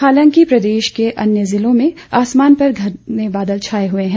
हालांकि प्रदेश के अन्य जिलों में आसमान पर घने बादल छाए हुए हैं